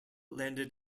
landed